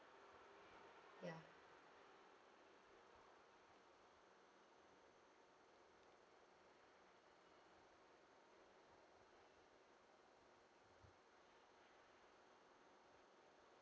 ya